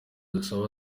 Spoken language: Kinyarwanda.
dusabe